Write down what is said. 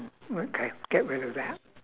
okay get rid of that